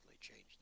changed